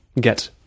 get